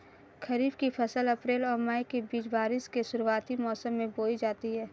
खरीफ़ की फ़सल अप्रैल और मई के बीच, बारिश के शुरुआती मौसम में बोई जाती हैं